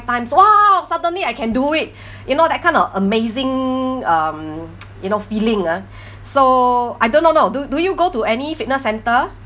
times !wah! suddenly I can do it you know that kind of amazing um you know feeling ah so I don't know you know do do you go to any fitness centre